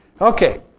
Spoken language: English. Okay